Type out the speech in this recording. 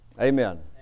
Amen